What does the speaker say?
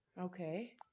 Okay